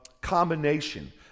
combination